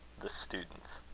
the students.